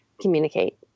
communicate